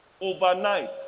Overnight